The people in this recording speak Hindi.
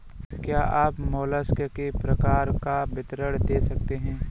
क्या आप मोलस्क के प्रकार का विवरण दे सकते हैं?